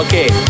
Okay